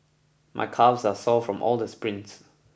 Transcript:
my calves are sore from all the sprints